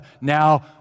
now